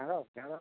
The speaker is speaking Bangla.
ঢেঁড়শ ঢেঁড়শ